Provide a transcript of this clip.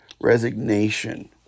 resignation